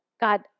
God